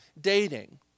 dating